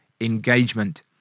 engagement